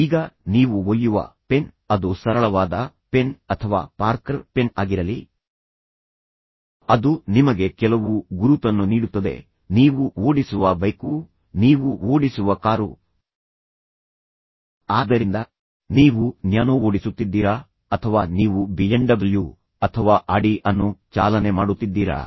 ಈಗ ನೀವು ಒಯ್ಯುವ ಪೆನ್ ಅದು ಸರಳವಾದ ಪೆನ್ ಅಥವಾ ಪಾರ್ಕರ್ ಪೆನ್ ಆಗಿರಲಿ ಅದು ನಿಮಗೆ ಕೆಲವು ಗುರುತನ್ನು ನೀಡುತ್ತದೆ ನೀವು ಓಡಿಸುವ ಬೈಕು ನೀವು ಓಡಿಸುವ ಕಾರು ಆದ್ದರಿಂದ ನೀವು ನ್ಯಾನೋ ಓಡಿಸುತ್ತಿದ್ದೀರಾ ಅಥವಾ ನೀವು BMW ಅಥವಾ Audi ಅನ್ನು ಚಾಲನೆ ಮಾಡುತ್ತಿದ್ದೀರಾ